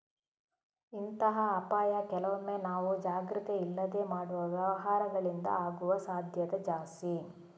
ಇಂತಹ ಅಪಾಯ ಕೆಲವೊಮ್ಮೆ ನಾವು ಜಾಗ್ರತೆ ಇಲ್ಲದೆ ಮಾಡುವ ವ್ಯವಹಾರಗಳಿಂದ ಆಗುವ ಸಾಧ್ಯತೆ ಜಾಸ್ತಿ